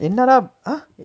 என்னடா:ennadaa !huh!